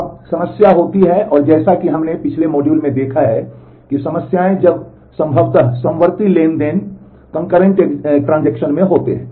अब समस्या होती है और जैसा कि हमने पिछले मॉड्यूल में देखा है कि समस्याएं जब संभवत समवर्ती ट्रांज़ैक्शन होते हैं